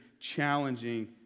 challenging